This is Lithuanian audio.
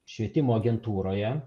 švietimo agentūroje